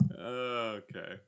okay